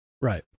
Right